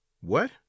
What